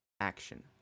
action